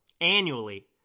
annually